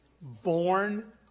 born